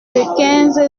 quinze